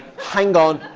hang on.